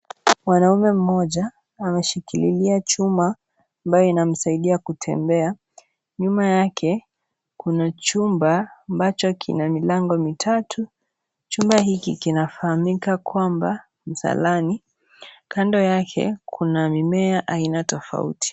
Mwanume mmoja ameshikililia chuma ambayo inamsaidia kutembea, nyuma yake kuna chumba ambacho kina milango mitatu, chuma hiki kinafahamika kwamba msalani, kando yake kuna mimea tofauti.